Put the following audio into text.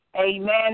Amen